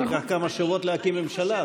ייקח כמה שבועות להקים ממשלה.